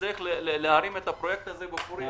אני סבור שצריך להרים את הפרויקט הזה בפוריה,